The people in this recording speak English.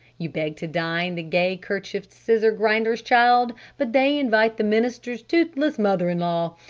you beg to dine the gay-kerchiefed scissor-grinder's child, but they invite the minister's toothless mother-in-law.